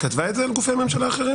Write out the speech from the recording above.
היא כתבה את זה על גופי ממשלה אחרים?